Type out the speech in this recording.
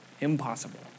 impossible